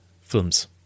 films